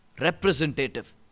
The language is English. Representative